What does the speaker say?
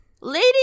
Lady